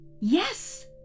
Yes